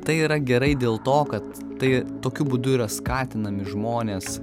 tai yra gerai dėl to kad tai tokiu būdu yra skatinami žmonės